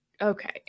okay